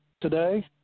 today